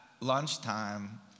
lunchtime